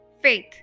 Faith